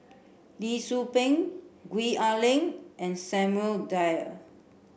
Lee Tzu Pheng Gwee Ah Leng and Samuel Dyer